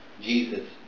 Jesus